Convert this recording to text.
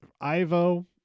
Ivo